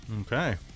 Okay